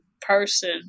person